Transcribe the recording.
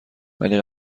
ولی